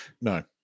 No